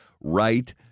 right